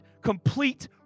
complete